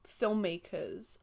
filmmakers